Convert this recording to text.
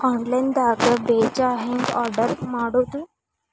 Online ದಾಗ ಬೇಜಾ ಹೆಂಗ್ ಆರ್ಡರ್ ಮಾಡೋದು?